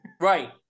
Right